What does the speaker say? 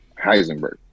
Heisenberg